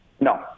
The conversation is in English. no